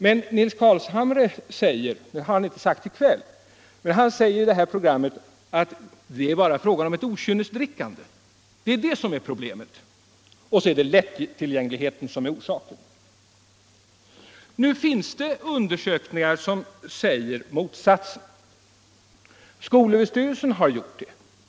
Men Nils Carlshamre sade — det har han inte sagt i kväll — att det bara är fråga om ett okynnesdrickande. Det är det som är problemet. Och orsaken är lättillgängligheten. Men nu finns det undersökningar som säger motsatsen. Skolöverstyrelsen har gjort en sådan undersökning.